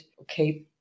okay